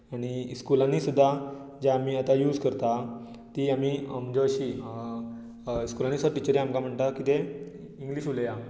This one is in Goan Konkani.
आनी स्कुलांनी सुद्दा जे आमी आतां यूझ करता ती आमी म्हणजे अशी स्कुलांनी सगळ्यो टिचरी आमकां म्हणटा की इंंग्लीश उलया